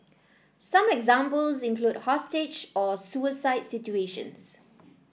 some examples include hostage or suicide situations